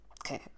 okay